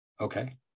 Okay